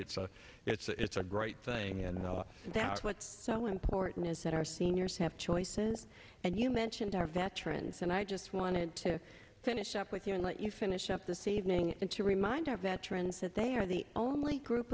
it's a it's a it's a great thing you know that's what's so important is that our seniors have choices and you mentioned our veterans and i just wanted to finish up with you and let you finish up this evening and to remind our veterans that they are the only group